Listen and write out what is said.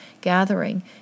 gathering